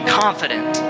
confident